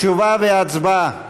תשובה והצבעה.